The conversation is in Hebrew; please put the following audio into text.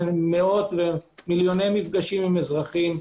מאות ומיליוני מפגשים עם אזרחים.